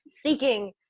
seeking